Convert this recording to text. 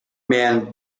man